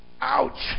Ouch